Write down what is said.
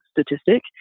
statistic